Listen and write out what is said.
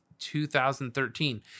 2013